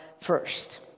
first